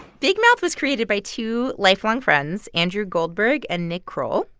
big mouth was created by two lifelong friends, andrew goldberg and nick kroll,